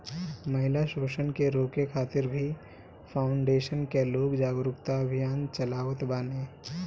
महिला शोषण के रोके खातिर भी फाउंडेशन कअ लोग जागरूकता अभियान चलावत बाने